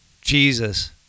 Jesus